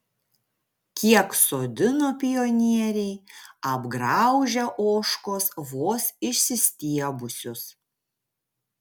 kiek sodino pionieriai apgraužia ožkos vos išsistiebusius